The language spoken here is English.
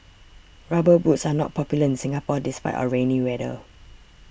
rubber boots are not popular in Singapore despite our rainy weather